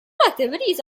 activities